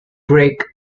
break